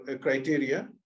criteria